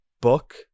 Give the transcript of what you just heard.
book